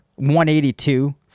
182